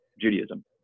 Judaism